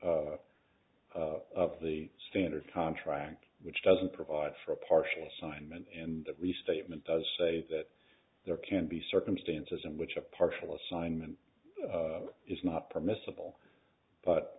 of the standard contract which doesn't provide for a partial assignment and least statement does say that there can be circumstances in which a partial assignment is not permissible but